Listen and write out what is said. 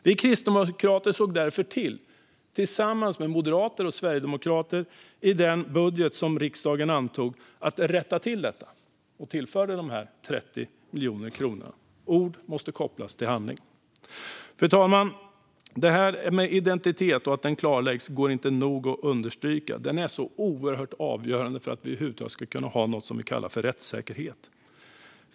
Vi kristdemokrater såg därför till, tillsammans med moderater och sverigedemokrater, att rätta till detta i den budget som riksdagen antog och tillföra de här 30 miljoner kronorna. Ord måste kopplas till handling. Fru talman! Vikten av att identiteter klarläggs går inte att understryka nog. Det är så oerhört avgörande för att vi över huvud taget ska kunna ha något som vi kallar för rättssäkerhet.